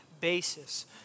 basis